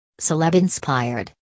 Celeb-inspired